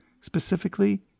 specifically